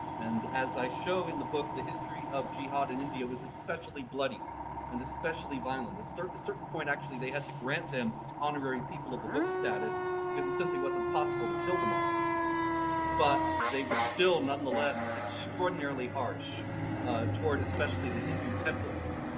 and as i show in the book the history of jihad in india was especially bloody and especially violent. a certain certain point actually they had to grant them honorary people of the book status because it simply wasn't possible to kill them all but they were still nonetheless extraordinarily harsh toward especially the hindu temples.